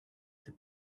the